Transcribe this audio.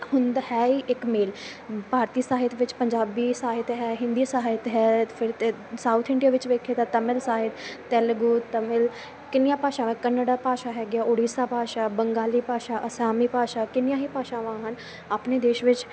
ਹੁੰਦਾ ਹੈ ਹੀ ਇੱਕ ਮੇਲ ਭਾਰਤੀ ਸਾਹਿਤ ਵਿੱਚ ਪੰਜਾਬੀ ਸਾਹਿਤ ਹੈ ਹਿੰਦੀ ਸਾਹਿਤ ਹੈ ਫਿਰ ਅਤੇ ਸਾਊਥ ਇੰਡੀਆ ਵਿੱਚ ਵੇਖੀਏ ਤਾਂ ਤਾਮਿਲ ਸਾਹਿਤ ਤੇਲਗੂ ਤਾਮਿਲ ਕਿੰਨੀਆਂ ਭਾਸ਼ਾਵਾਂ ਕੰਨੜ ਭਾਸ਼ਾ ਹੈਗੀ ਆ ਉੜੀਸਾ ਭਾਸ਼ਾ ਬੰਗਾਲੀ ਭਾਸ਼ਾ ਅਸਾਮੀ ਭਾਸ਼ਾ ਕਿੰਨੀਆਂ ਹੀ ਭਾਸ਼ਾਵਾਂ ਹਨ ਆਪਣੇ ਦੇਸ਼ ਵਿੱਚ